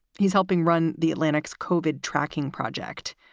he's helping run the atlantic's cauvin tracking project.